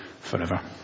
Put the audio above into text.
forever